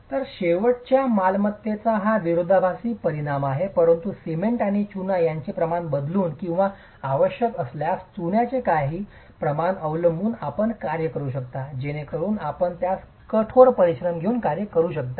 तर शेवटच्या मालमत्तेचा हा विरोधाभासी परिणाम आहे परंतु सिमेंट आणि चुना यांचे प्रमाण बदलून किंवा आवश्यक असल्यास चुनाचे काही प्रमाण अवलंबून आपण कार्य करू शकता जेणेकरून आपण त्यास कठोर परिश्रम घेऊन कार्य करू शकता